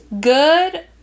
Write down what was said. good